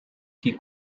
que